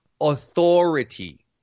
authority